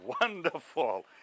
wonderful